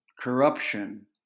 corruption